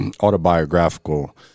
autobiographical